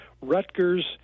Rutgers